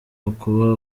ukuba